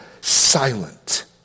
silent